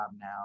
now